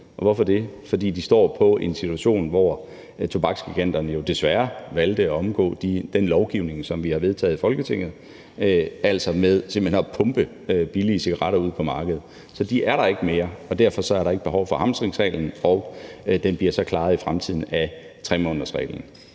Hvorfor det? Fordi situationen er, at tobaksgiganterne desværre valgte at omgå den lovgivning, som vi har vedtaget i Folketinget, altså ved simpelt hen at pumpe billige cigaretter ud på markedet. Så de er der ikke mere, og derfor er der ikke behov for hamstringsreglen, og den bliver så klaret i fremtiden af reglen